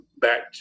back